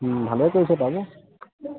ভালেই কৰিছে